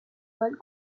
bal